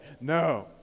No